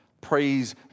Praise